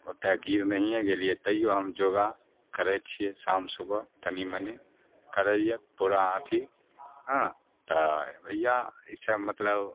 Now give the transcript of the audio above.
ओतेक गिर हम नहिए गेलिए तैओ हम योगा करै छिए शाम सुबह तनि मनि करै हिए पूरा अथी हँ तऽ भइआ ईसब मतलब